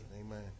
Amen